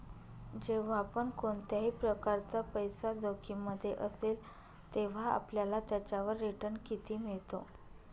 जेव्हा पण कोणत्याही प्रकारचा पैसा जोखिम मध्ये असेल, तेव्हा आपल्याला त्याच्यावर रिटन किती मिळतो?